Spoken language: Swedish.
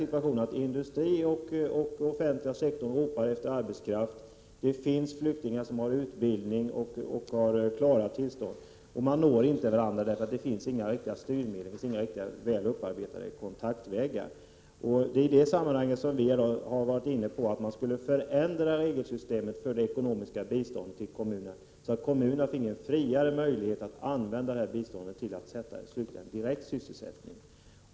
Samtidigt ropar industrin och den offentliga sektorn efter arbetskraft. Det finns flyktingar som har utbildning och klara arbetstillstånd, men man når inte varandra, eftersom det inte finns några riktiga styrmedel och inga väl upparbetade kontaktvägar. Vi vill mot denna bakgrund att regelsystemet för det ekonomiska bidraget till kommunerna skall förändras så, att kommunerna skulle få friare möjligheter att använda bidraget till direkt sysselsättning.